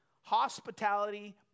hospitality